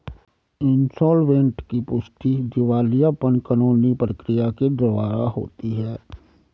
insolvent की पुष्टि दिवालियापन कानूनी प्रक्रिया के द्वारा होती है